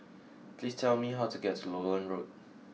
please tell me how to get to Lowland Road